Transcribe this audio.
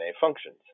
functions